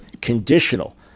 conditional